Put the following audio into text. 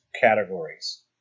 categories